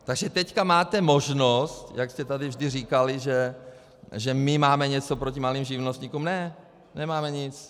Takže teď máte možnost, jak jste tady vždy říkali, že my máme něco proti malým živnostníkům ne, nemáme nic.